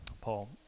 Paul